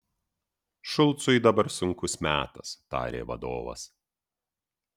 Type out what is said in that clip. šulcui dabar sunkus metas tarė vadovas